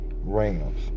Rams